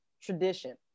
tradition